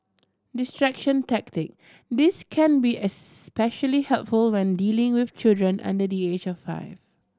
distraction tactic this can be especially helpful when dealing with children under the age of five